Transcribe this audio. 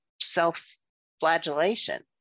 self-flagellation